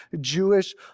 Jewish